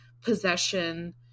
possession